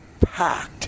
packed